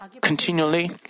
continually